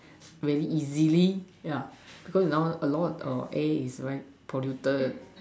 very easily yeah because now a lot of A is very polluted